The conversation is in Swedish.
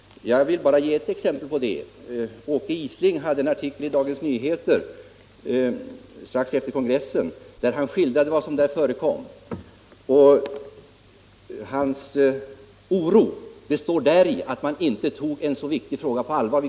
Jag vill bara ge ett exempel på det. Åke Isling hade en artikel i Dagens Nyheter strax efter kongressen i vilken han skildrade vad som där förekom, och hans oro gällde att man inte tog en så viktig fråga på allvar.